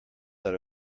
that